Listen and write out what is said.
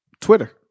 Twitter